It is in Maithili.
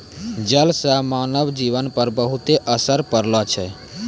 जल से मानव जीवन पर बहुते असर पड़लो छै